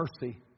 mercy